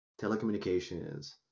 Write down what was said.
telecommunications